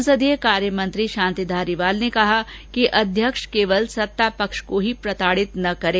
संसदीय कार्य मंत्री शांति धारीवाल ने कहा कि अध्यक्ष केवल सत्ता पक्ष को ही प्रताड़ित न करें